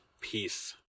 Peace